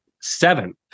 seven